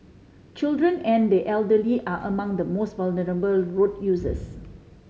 children and the elderly are among the most vulnerable road users